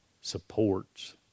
supports